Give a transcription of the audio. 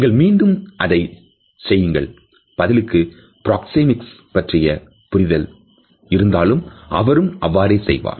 நீங்கள் மீண்டும் அதை செய்தால் பதிலுக்கு பிராக்சேமிக்ஸ் பற்றிய புரிதல்கள் இருந்தாலும் அவரும் அவ்வாறே செய்வார்